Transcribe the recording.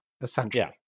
essentially